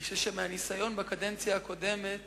אני חושב שמהניסיון בקדנציה הקודמת